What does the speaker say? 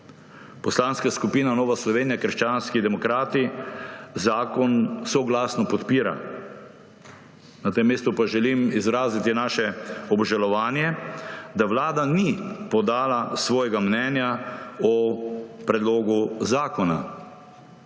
Poslanska skupina Nova Slovenija – krščanski demokrati zakon soglasno podpira. Na tem mestu pa želim izraziti naše obžalovanje, da Vlada ni podala svojega mnenja o predlogu zakona.